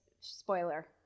spoiler